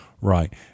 Right